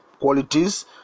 Qualities